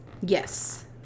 Yes